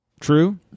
True